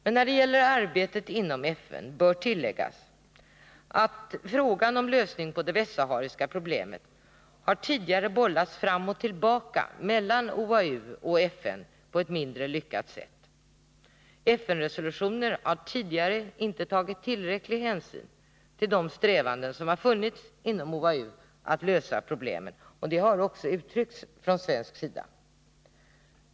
När det gäller arbetet inom FN bör tilläggas att frågan om lösning på det västsahariska problemet tidigare har bollats fram och tillbaka mellan OAU och FN på ett mindre lyckat sätt. FN-resolutioner har tidigare inte tagit tillräcklig hänsyn till de strävanden som funnits inom OAU att lösa problemen. Detta har också uttryckts från svensk sida.